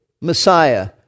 Messiah